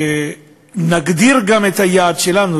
וגם נגדיר את היעד שלנו,